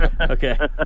Okay